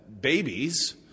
babies